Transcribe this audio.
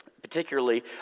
particularly